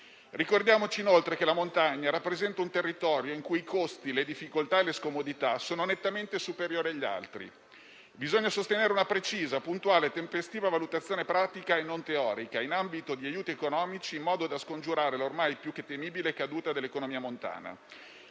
Ricordiamoci, inoltre, che la montagna rappresenta un territorio in cui i costi, le difficoltà e le scomodità sono nettamente superiori agli altri. Bisogna sostenere una precisa, puntuale e tempestiva valutazione pratica e non teorica in ambito di aiuti economici, in modo da scongiurare la ormai più che temibile caduta dell'economia montana.